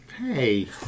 Hey